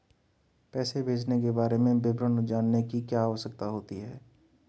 पैसे भेजने के बारे में विवरण जानने की क्या आवश्यकता होती है?